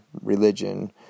religion